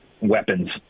weapons